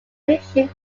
makeshift